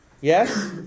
Yes